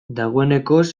dagoenekoz